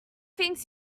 things